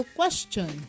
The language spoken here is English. question